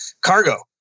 cargo